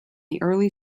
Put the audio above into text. early